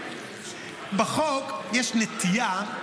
בחוק יש נטייה,